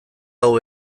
hau